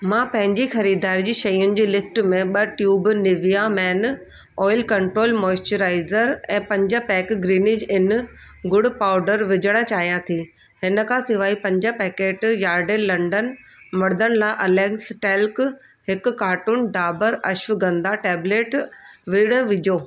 मां पंहिंजी ख़रीदारी जी शयुनि जी लिस्ट में ॿ tube Nivea men oil control moisturiser ऐं पंज पैक ग्रीनज़ आहिनि गुड़ पाउडर विझणु चाहियां थी हिन खां सवाइ पंज पैकेट यार्डले लन्डन मर्दनि ला एलेगन्स टेल्क हिकु कार्टुन डाबर अश्वगंधा टेबलेट्स पिण विझो